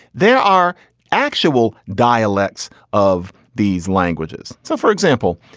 there are actual dialects of these languages. so, for example,